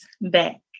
back